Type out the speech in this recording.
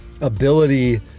ability